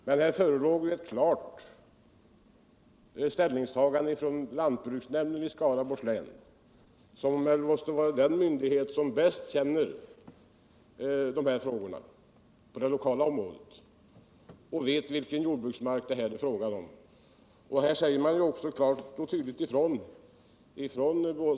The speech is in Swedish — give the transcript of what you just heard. Men här föreligger ett klart ställningstagande från lantbruksnämnden i Skaraborgs län, den lokala myndighet som bäst känner till dessa frågor och vet vilken jordbruksmark det rör sig om.